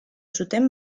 zuten